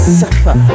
suffer